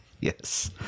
Yes